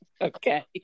Okay